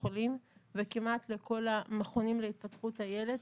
החולים וכמעט לכל המכונים להתפתחות הילד,